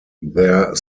their